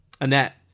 Annette